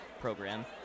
program